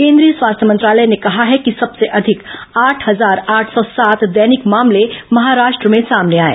केन्द्रीय स्वास्थ्य मंत्रालय ने कहा है कि सबसे अधिक आठ हजार आठ सौ सात दैनिक मामले महाराष्ट्र में सामने आये